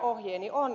ohjeeni on